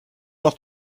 noch